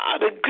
God